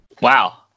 Wow